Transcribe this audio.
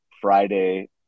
Friday